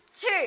two